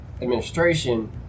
administration